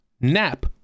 Nap